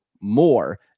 more